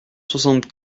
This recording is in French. soixante